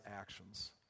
actions